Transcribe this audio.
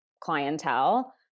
clientele